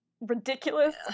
ridiculous